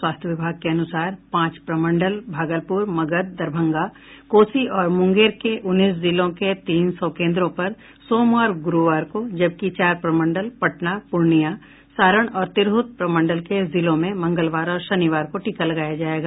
स्वास्थ्य विभाग ने अनूसार पांच प्रमंडल भागलप्र मगध दरभंगा कोसी और मुंगेर के उन्नीस जिलों के तीन सौ केन्द्रों पर सोमवार और गुरूवार को जबकि चार प्रमंडल पटना पूर्णियां सारण और तिरहुत प्रमंडल के जिलों में मंगलवार और शनिवार को टीका लगाया जायेगा